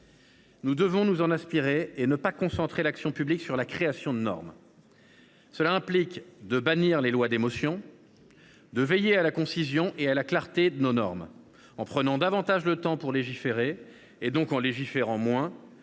Nous devons nous inspirer de cet aphorisme en évitant de concentrer l’action publique sur la création de normes. Cela implique de bannir les lois d’émotion, de veiller à la concision et à la clarté de nos normes. En prenant davantage le temps pour légiférer, donc en légiférant moins,